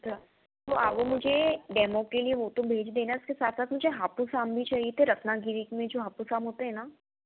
अच्छा तो आप न मुझे डेमो के लिए वो तो भेज देना उसके साथ साथ हापुस आम भी चाहिए रत्नागिरी में जो हापुस आम होते हैं ना